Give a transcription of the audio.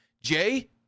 Jay